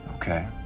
Okay